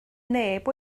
neb